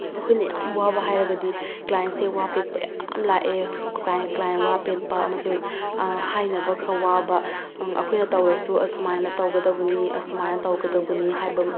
ꯑꯩꯈꯣꯏꯅ ꯌꯥꯝ ꯋꯥꯕ ꯍꯥꯏꯔꯒꯗꯤ ꯀ꯭ꯂꯥꯏꯟꯁꯦ ꯋꯥ ꯄꯦꯠꯄ ꯌꯥꯝ ꯂꯥꯛꯑꯦ ꯀ꯭ꯂꯥꯏꯟ ꯀ꯭ꯂꯥꯏꯟ ꯋꯥ ꯄꯦꯠꯄ ꯑꯃꯁꯨꯡ ꯍꯥꯏꯅꯕ ꯈꯔ ꯋꯥꯕ ꯑꯩꯈꯣꯏꯅ ꯇꯧꯔꯁꯨ ꯑꯁꯨꯃꯥꯏꯅ ꯇꯧꯒꯗꯕꯅꯤ ꯑꯁꯨꯃꯥꯏꯅ ꯇꯧꯒꯗꯕꯅꯤ ꯍꯥꯏꯕ